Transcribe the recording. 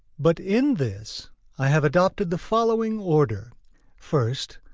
but in this i have adopted the following order first,